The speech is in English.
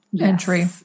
entry